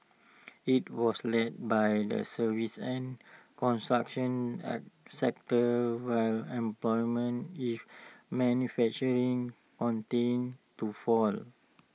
IT was led by the services and construction sectors while employment in manufacturing continued to fall